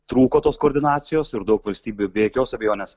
trūko tos koordinacijos ir daug valstybių be jokios abejonės